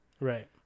Right